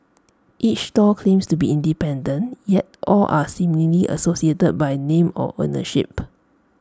each stall claims to be independent yet all are seemingly associated by name or ownership